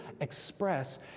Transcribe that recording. express